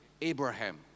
Abraham